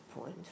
point